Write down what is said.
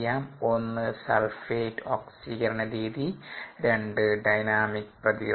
ഒന്ന് സൾഫേറ്റ് ഓക്സീകരണ രീതിരണ്ട് ഡൈനാമിക് പ്രതികരണ രീതി